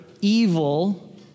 evil